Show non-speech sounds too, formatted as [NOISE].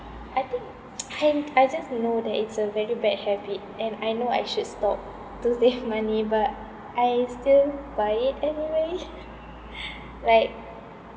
I think [NOISE] and I just know that it's a very bad habit and I know I should stop to [LAUGHS] save money but I still buy it anyway [LAUGHS] like